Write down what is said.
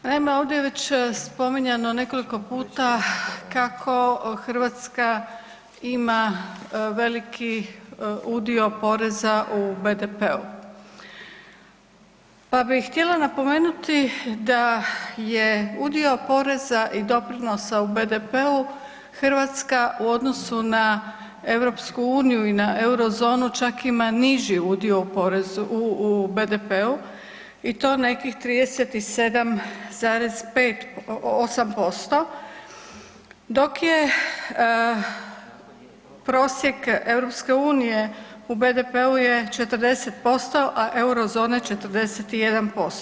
Naime, ovdje je već spominjano nekoliko puta kako Hrvatska ima veliki udio poreza u BDP-u pa bi htjela napomenuti da je udio poreza i doprinosa u BDP-u Hrvatska u odnosu na EU i na eurozonu čak ima niži udio u porezu, u BDP-u i to nekih 37,5 8% dok je prosjek EU u BDP-u je 40%, a eurozone 41%